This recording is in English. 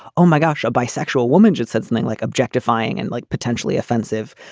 oh, my gosh, a bisexual woman just said something like objectifying and like potentially offensive.